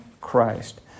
Christ